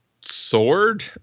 sword